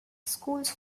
schools